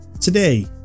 Today